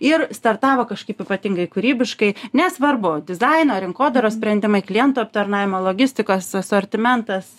ir startavo kažkaip ypatingai kūrybiškai nesvarbu dizaino rinkodaros sprendimai klientų aptarnavimo logistikos asortimentas